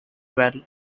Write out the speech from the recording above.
well